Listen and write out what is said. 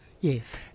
Yes